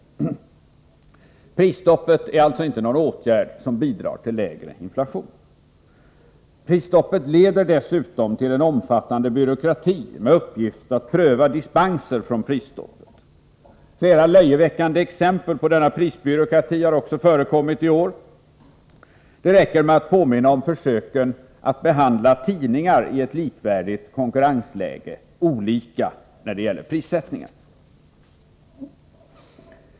Prisstoppet är alltså inte någon åtgärd som bidrar till att vi får lägre inflation. Prisstoppet leder dessutom till en omfattande byråkrati med uppgift att pröva dispenser från prisstoppet. Flera löjeväckande exempel på denna prisbyråkrati har också förekommit i år. Det räcker med att påminna om försöken att behandla tidningar i ett likvärdigt konkurrensläge olika när det gäller prissättningen.